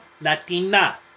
Latina